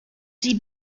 sie